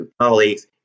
colleagues